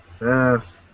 yes